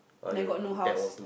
and I got no house